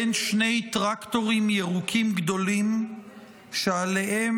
בין שני טרקטורים ירוקים גדולים שעליהם